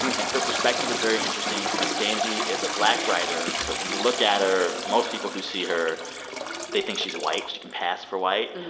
and her perspective is very interesting. danzy is a black writer. but when you look at her, most people who see her they think she's white. she can pass for white.